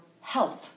health